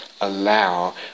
allow